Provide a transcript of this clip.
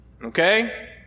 Okay